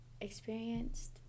experienced